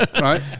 Right